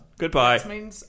Goodbye